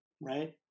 right